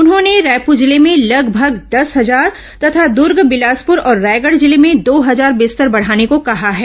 उन्होंने रायपुर जिले में लगभग दस हजार तथा दुर्ग बिलासपुर और रायगढ़ जिले में दो हजार बिस्तर बढाने को कहा है